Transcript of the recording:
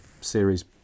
series